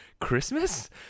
christmas